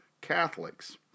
Catholics